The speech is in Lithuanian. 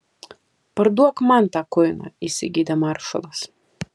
parduok man tą kuiną įsigeidė maršalas